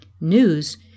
News